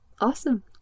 Awesome